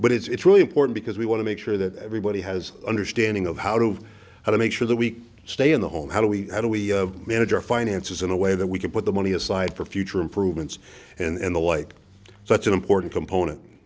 but it's really important because we want to make sure that everybody has an understanding of how to how to make sure that we stay in the home how do we how do we manage our finances in a way that we can put the money aside for future improvements and the like such an important component